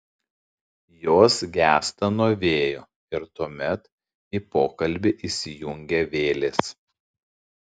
jos gęsta nuo vėjo ir tuomet į pokalbį įsijungia vėlės